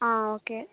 okay